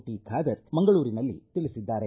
T Khader ಮಂಗಳೂರಿನಲ್ಲಿ ತಿಳಿಸಿದ್ದಾರೆ